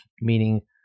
meaning